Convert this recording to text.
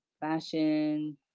fashion